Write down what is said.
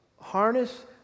Harness